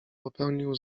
popełnił